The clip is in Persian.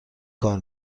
کار